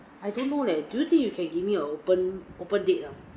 I don't know leh do you think you can give me a open open date ah